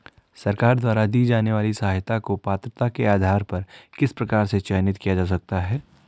सरकार द्वारा दी जाने वाली सहायता को पात्रता के आधार पर किस प्रकार से चयनित किया जा सकता है?